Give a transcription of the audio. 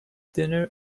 dinner